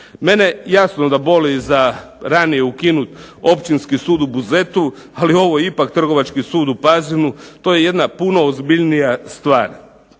Mene jasno da boli za ranije ukinut Općinski sud u Buzetu, ali ovo je ipak Trgovački sud u Pazinu, to je jedna puno ozbiljnija stvar.